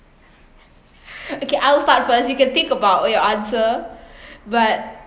okay I'll start first you can think about your answer but